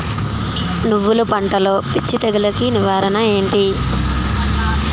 నువ్వులు పంటలో పిచ్చి తెగులకి నివారణ ఏంటి?